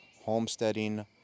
homesteading